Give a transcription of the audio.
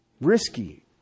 Risky